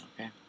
okay